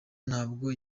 ntabwo